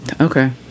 Okay